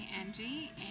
Angie